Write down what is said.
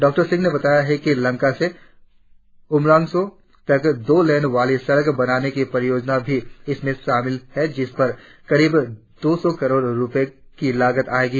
doctor Singh ने बताया कि लंका से उमरांगसो तक दो लेन वाली सड़क बनाने की परियोजना भी इनमे शामिल है जिसपर करीब दो सौ करोड़ रुपये की लागत आएगी